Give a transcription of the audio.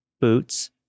boots